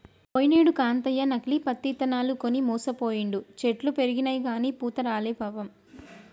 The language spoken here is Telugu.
పోయినేడు కాంతయ్య నకిలీ పత్తి ఇత్తనాలు కొని మోసపోయిండు, చెట్లు పెరిగినయిగని పూత రాలే పాపం